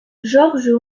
georges